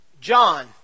John